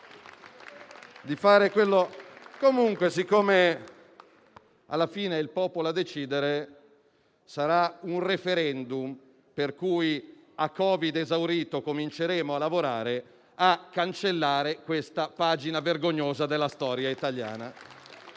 ritiene. Comunque, poiché alla fine è il popolo a decidere, sarà un *referendum*, per cui a Covid esaurito cominceremo a lavorare, a cancellare questa pagina vergognosa della storia italiana.